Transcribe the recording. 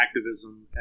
activism